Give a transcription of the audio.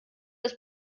des